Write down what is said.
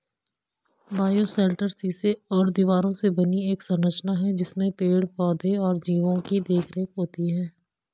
bioshelter शीशे और दीवारों से बनी एक संरचना है जिसमें पेड़ पौधे और जीवो की देखरेख होती है